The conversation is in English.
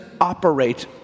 operate